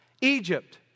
Egypt